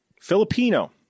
filipino